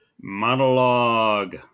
Monologue